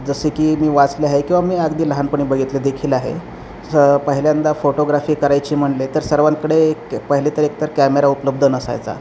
जसे की मी वाचले आहे किंवा मी अगदी लहानपणी बघितले देखील आहे स पहिल्यांदा फोटोग्राफी करायची म्हणले तर सर्वांकडे पहिले तर एकतर कॅमेरा उपलब्ध नसायचा